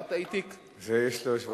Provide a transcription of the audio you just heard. דיברת אתי, בשביל זה יש לו יושב-ראש.